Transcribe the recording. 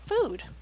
food